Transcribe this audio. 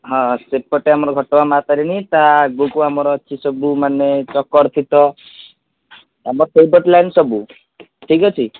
ହଁ ସେପଟେ ଆମର ଘଟ ଗାଁ ମା ତାରିଣୀ ତା ଆଗକୁ ଆମର ଅଛି ସବୁ ମାନେ ଚକ୍ର ତୀର୍ଥ ଆମର ସେଇପଟ ଲାଇନ୍ ସବୁ ଠିକ୍ ଅଛି